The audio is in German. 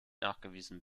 nachgewiesen